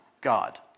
God